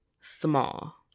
small